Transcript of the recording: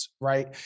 right